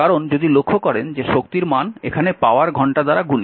কারণ যদি লক্ষ্য করেন যে শক্তির মান এখানে পাওয়ার ঘন্টা দ্বারা গুণিত